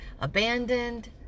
abandoned